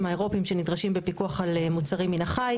האירופיים שנדרשים בפיקוח על מוצרים מן החי.